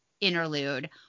interlude